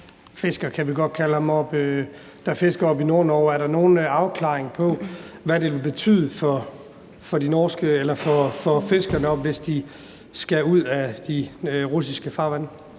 ham, der fisker oppe i Nordnorge: Er der nogen afklaring på, hvad det vil betyde for de færøske fiskere deroppe, hvis de skal ud af de russiske farvande?